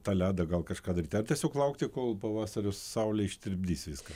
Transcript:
tą ledą gal kažką daryti ar tiesiog laukti kol pavasaris saulė ištirpdys viską